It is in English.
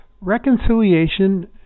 reconciliation